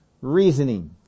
reasoning